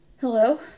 Hello